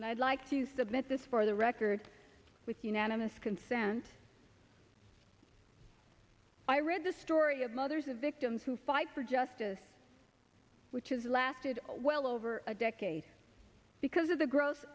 and i'd like to submit this for the record with unanimous consent i read the story of mothers of victims who fight for justice which has lasted well over a decade because of the gross